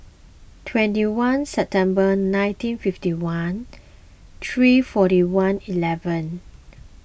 twenty one September nineteen fifty one three forty one eleven